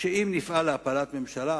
שאם נפעל להפלת ממשלה,